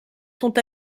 sont